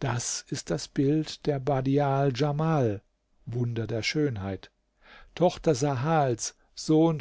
das ist das bild der badial djamal wunder der schönheit tochter sahals sohn